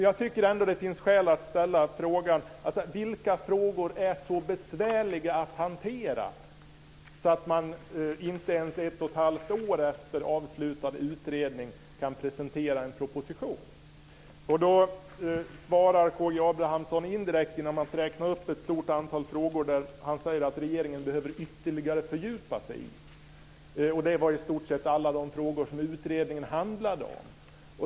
Jag tycker ändå att det finns skäl att ställa frågan: Vilka frågor är så besvärliga att hantera att man inte ens ett och ett halvt år efter avslutad utredning kan presentera en proposition? Då svarar K G Abramsson indirekt genom att räkna upp ett stort antal frågor där han säger att regeringen ytterligare behöver fördjupa sig. Det var i stort sett alla de frågor som utredningen handlar om.